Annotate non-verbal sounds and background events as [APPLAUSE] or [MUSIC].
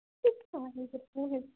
[UNINTELLIGIBLE]